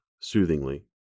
soothingly